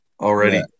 already